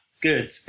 good